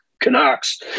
Canucks